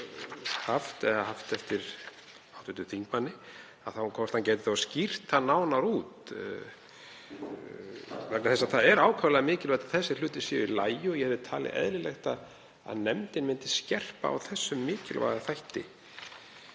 rétt eftir hv. þingmanni spyr ég hvort hann geti skýrt það nánar út. Það er ákaflega mikilvægt að þessir hlutir séu í lagi og ég hefði talið eðlilegt að nefndin myndi skerpa á þessum mikilvæga þætti,